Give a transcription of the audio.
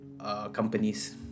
Companies